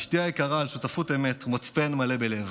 אשתי היקרה, על שותפות אמת ומצפן מלא בלב,